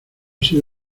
sido